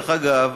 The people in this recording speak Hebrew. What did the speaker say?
דרך אגב,